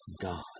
God